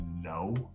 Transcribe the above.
No